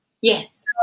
Yes